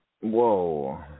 Whoa